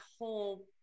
whole